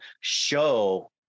show